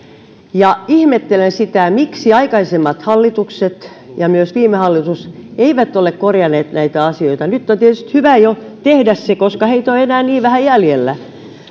ihmettelen miksi aikaisemmat hallitukset ja myös viime hallitus eivät ole korjanneet näitä asioita nyt on tietysti hyvä tehdä se koska heitä on enää niin vähän jäljellä